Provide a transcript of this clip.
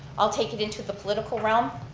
i'll take it into the political realm.